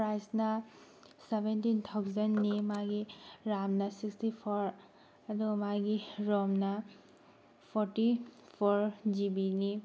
ꯄ꯭ꯔꯥꯏꯖꯅ ꯁꯕꯦꯟꯇꯤꯟ ꯊꯥꯎꯁꯟꯅꯤ ꯃꯥꯒꯤ ꯔꯥꯝꯅ ꯁꯤꯛꯁꯇꯤ ꯐꯣꯔ ꯑꯗꯨꯒ ꯃꯥꯒꯤ ꯔꯣꯝꯅ ꯐꯣꯔꯇꯤ ꯐꯣꯔ ꯖꯤ ꯕꯤ ꯅꯤ